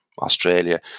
Australia